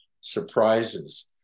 surprises